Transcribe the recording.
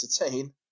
entertain